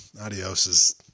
Adios